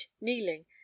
kneeling